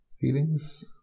feelings